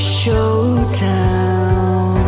showdown